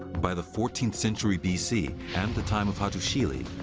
by the fourteenth century b c. and the time of hattusili,